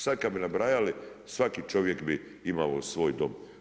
Sada kada bi nabrajali svaki čovjek bi imao svoj dom.